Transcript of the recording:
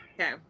Okay